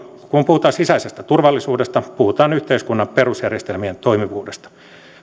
kun puhutaan sisäisestä turvallisuudesta puhutaan yhteiskunnan perusjärjestelmien toimivuudesta